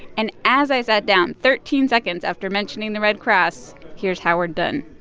and as i sat down, thirteen seconds after mentioning the red cross, here's howard dunn